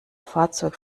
fahrzeug